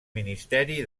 ministeri